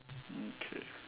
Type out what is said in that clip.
mm K